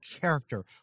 character